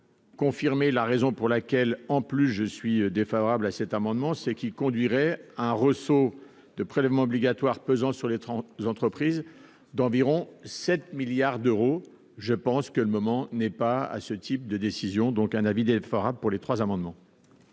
Confirmé la raison pour laquelle, en plus je suis défavorable à cet amendement, c'est qui conduirait hein Reso de prélèvements obligatoires pesant sur les 32 entreprises d'environ 7 milliards d'euros, je pense que le moment n'est pas à ce type de décision donc un avis d'Elf arabe pour les trois amendements.